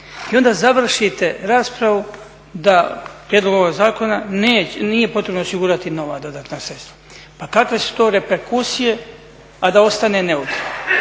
i onda završite raspravu da prijedlog ovog zakona nije potrebno osigurati nova dodatna sredstva. Pa kakve su to reperkusije, a da ostane neutralno?